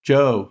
Joe